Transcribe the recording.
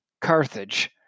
Carthage